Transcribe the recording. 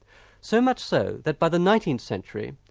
so much so that by the nineteenth century,